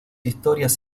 historias